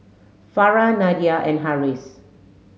Farah Nadia and Harris